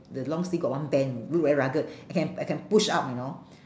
the long sleeve got one bend look very rugged I can I can push up you know